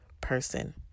person